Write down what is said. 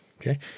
Okay